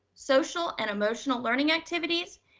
social and emotional learning activities,